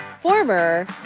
former